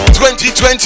2020